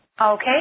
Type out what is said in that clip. Okay